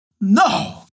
No